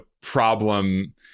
problem